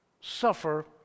suffer